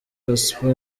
gospel